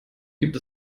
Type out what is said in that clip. gibt